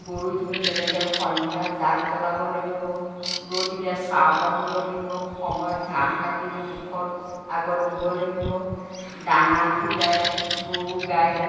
গৰুখিনিও তেনেকৈ সন্ধ্যা জাগ জ্বলাব লাগিব ৰ'দ দিলে ছাঁত বান্ধিব লাগিব সময়ত ঘাঁহ কাটি আনি মুখত আগত দিব লাগিব দানা সিজাই গৰু গাইক